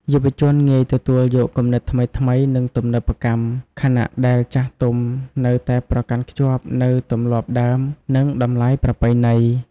យុវជនងាយទទួលយកគំនិតថ្មីៗ និងទំនើបកម្ម ខណៈដែលចាស់ទុំនៅតែប្រកាន់ខ្ជាប់នូវទម្លាប់ដើម និងតម្លៃប្រពៃណី។